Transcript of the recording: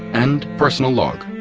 end personal log